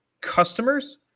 Customers